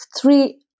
three